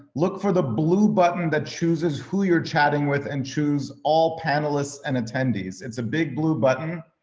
look for the blue button that chooses who you're chatting with and choose all panelists and attendees. it's a big blue button.